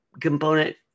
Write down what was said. component